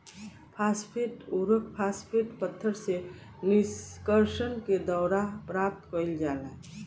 phosphate उर्वरक, phosphate पत्थर से निष्कर्षण के द्वारा प्राप्त कईल जाला